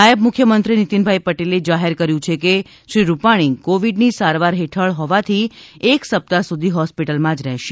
નાયબ મુખ્યમંત્રી નિતિનભાઈ પટેલે જાહેર કર્યુ છે કે શ્રી રૂપાણી કોવિડની સારવાર હેઠળ હોવાથી એક સપ્તાહ સુધી હોસ્પિટલમાં જ રહેશે